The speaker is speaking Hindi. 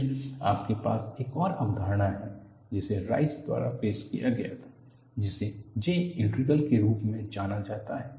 फिर आपके पास एक और अवधारणा है जिसे राइस द्वारा पेश किया गया था जिसे J इंटीग्रल के रूप में जाना जाता है